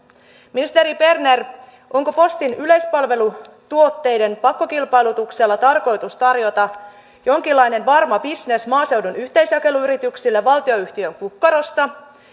ministeri berner onko postin yleispalvelutuotteiden pakkokilpailutuksella tarkoitus tarjota jonkinlainen varma bisnes maaseudun yhteisjakeluyrityksille valtionyhtiön kukkarosta